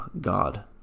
God